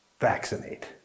vaccinate